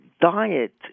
diet